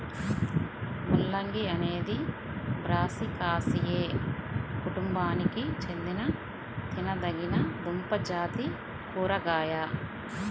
ముల్లంగి అనేది బ్రాసికాసియే కుటుంబానికి చెందిన తినదగిన దుంపజాతి కూరగాయ